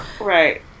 right